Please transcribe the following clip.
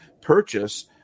purchase